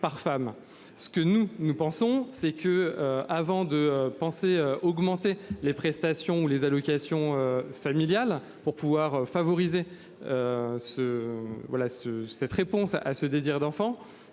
ce que nous, nous pensons, c'est que avant de penser augmenter les prestations ou les allocations familiales pour pouvoir favoriser. Ce voilà ce cette réponse à ce désir d'enfant,